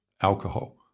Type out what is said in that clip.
alcohol